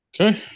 Okay